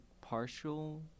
partial